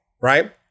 Right